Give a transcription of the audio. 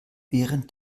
während